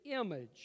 image